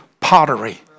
pottery